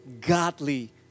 godly